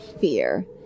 fear